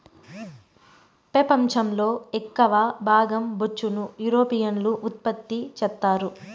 పెపంచం లో ఎక్కవ భాగం బొచ్చును యూరోపియన్లు ఉత్పత్తి చెత్తారు